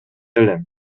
элем